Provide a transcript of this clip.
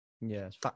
Yes